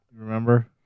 Remember